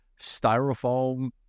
styrofoam